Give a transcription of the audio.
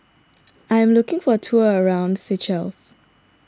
I am looking for a tour around Seychelles